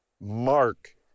Mark